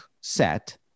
set